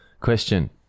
Question